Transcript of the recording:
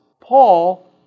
Paul